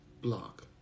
Block